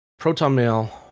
ProtonMail